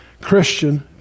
Christian